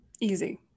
Easy